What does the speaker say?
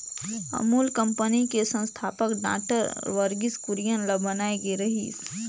Amul company के संस्थापक doctor Verghese Kurien ल बनाए गे रिहिस